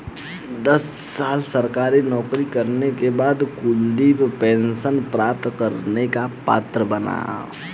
दस साल सरकारी नौकरी करने के बाद कुलदीप पेंशन प्राप्त करने का पात्र बना